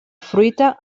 fruita